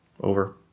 over